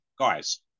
guys